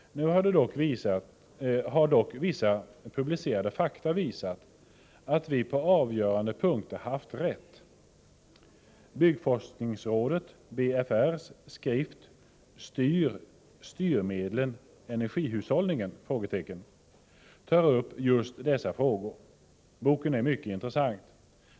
Nu har dock publicerade fakta visat att vi på avgörande punkter har haft rätt. I byggforskningsrådets, BFR:s, skrift Styr styrmedlen energihushållningen? tas just dessa frågor upp. Boken är mycket intressant.